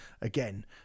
again